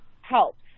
helps